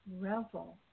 Revel